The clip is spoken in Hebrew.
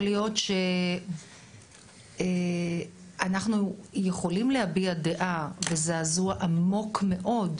להיות שאנחנו יכולים להביע דעה וזעזוע עמוק מאוד,